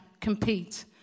compete